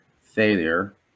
failure